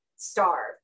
starve